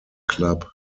club